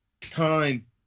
time